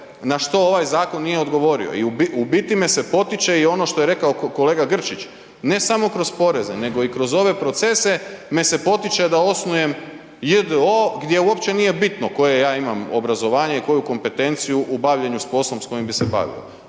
na što ovaj zakon nije odgovorio. I u biti me se potiče i ono što je rekao kolega Grčić, ne samo kroz poreze nego i kroz ove procese me se potiče da osnujem j.d.o.o. gdje uopće nije bitno koje ja imam obrazovanje i koju kompetenciju u bavljenju s poslom s kojim bi se bavio